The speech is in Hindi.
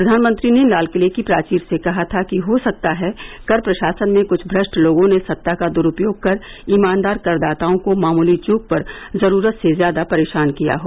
प्रधानमंत्री ने लालकिर्ल की प्राचीर से कहा था कि हो सकता है कर प्रशासन में क्छ भ्रष्ट लोगों ने सत्ता का दुरुपयोग कर ईमानदार करदाताओं को मामूली चूक पर जरूरत से ज्यादा परेशान किया हो